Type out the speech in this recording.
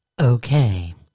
okay